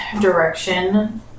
direction